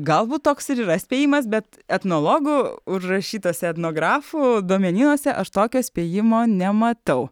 galbūt toks ir yra spėjimas bet etnologų užrašytuose etnografų domenijose aš tokio spėjimo nematau